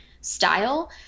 style